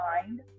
mind